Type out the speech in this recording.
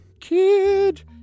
Kid